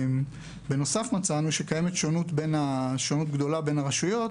בנוסף, מצאנו שקיימת שונות גדולה בין הרשויות